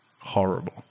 horrible